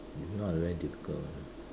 if not very difficult one lah